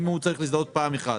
אם הוא צריך להזדהות פעם אחת,